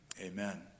Amen